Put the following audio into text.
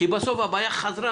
כי בסוף הבעיה חזרה